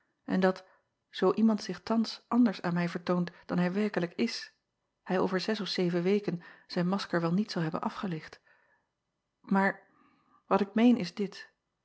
en dat zoo iemand zich thans anders aan mij vertoont dan hij werkelijk is hij over zes of zeven weken zijn masker wel niet zal hebben afgelicht aar wat ik meen is dit